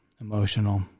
emotional